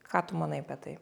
ką tu manai apie tai